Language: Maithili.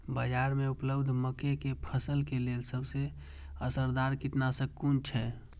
बाज़ार में उपलब्ध मके के फसल के लेल सबसे असरदार कीटनाशक कुन छै?